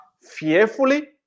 fearfully